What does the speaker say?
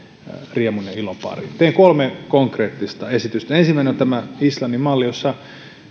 riemun ja ilon pariin teen kolme konkreettista esitystä ensimmäinen on tämä islannin malli jota